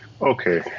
Okay